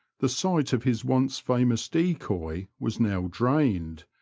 the site of his once famous decoy was now drained,